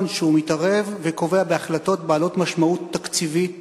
שהוא מתערב וקובע בהחלטות בעלות משמעות תקציבית